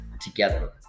together